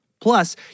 Plus